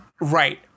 Right